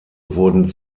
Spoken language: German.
wurden